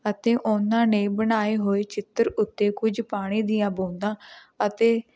ਅਤੇ ਉਹਨਾਂ ਨੇ ਬਣਾਏ ਹੋਏ ਚਿੱਤਰ ਉੱਤੇ ਕੁਝ ਪਾਣੀ ਦੀਆਂ ਬੂੰਦਾਂ ਅਤੇ